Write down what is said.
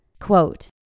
Quote